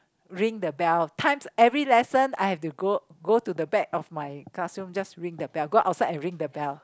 ring the bell times every lesson I have to go go to the back of my classroom just ring the bell go outside and ring the bell